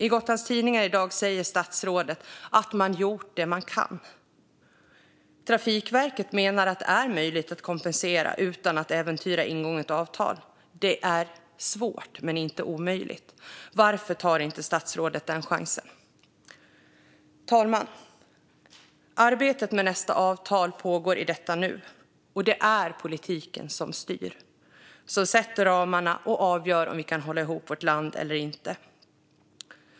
I Gotlands Tidningar i dag säger statsrådet att man gjort det man kan. Trafikverket menar att det är möjligt att kompensera utan att äventyra ingånget avtal. Det är svårt men inte omöjligt. Varför tar inte statsrådet den chansen? Fru talman! Arbetet med nästa avtal pågår i detta nu. Det är politiken som styr, som sätter ramarna och som avgör om vi kan hålla ihop vårt land eller inte.